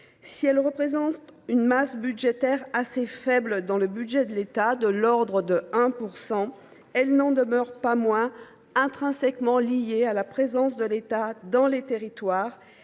Si elle représente une masse budgétaire assez faible dans le budget de l’État, de l’ordre de 1 %, cette mission n’en demeure pas moins intrinsèquement liée à la présence de l’État dans les territoires,